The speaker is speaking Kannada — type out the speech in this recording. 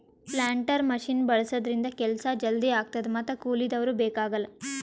ಪ್ಲಾಂಟರ್ ಮಷಿನ್ ಬಳಸಿದ್ರಿಂದ ಕೆಲ್ಸ ಜಲ್ದಿ ಆಗ್ತದ ಮತ್ತ್ ಕೂಲಿದವ್ರು ಬೇಕಾಗಲ್